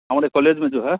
हमारे कॉलेज में जो है